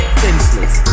senseless